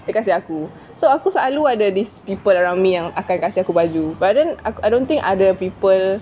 dia kasi aku so aku selalu ada these people around me yang akan kasi baju but then I I don't think other people